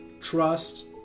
trust